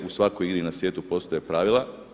U svakoj igri na svijetu postoje pravila.